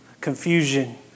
confusion